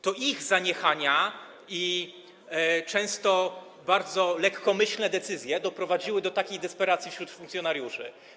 To ich zaniechania i często bardzo lekkomyślne decyzje doprowadziły do takiej desperacji funkcjonariuszy.